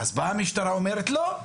המשטרה אמרה: לא,